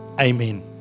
Amen